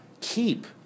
keep